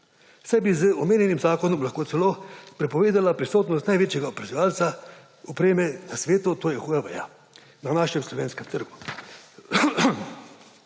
saj bi z omenjenim zakonom lahko celo prepovedala prisotnost največjega proizvajalca opreme na svetu, to je Huaweia, na našem slovenskem trgu.